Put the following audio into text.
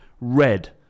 red